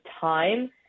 time